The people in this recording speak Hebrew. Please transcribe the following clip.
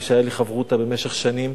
מי שהיה לי חברותא במשך שנים,